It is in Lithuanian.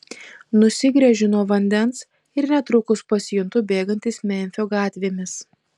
nusigręžiu nuo vandens ir netrukus pasijuntu bėgantis memfio gatvėmis